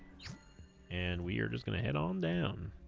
and we're just gonna head on down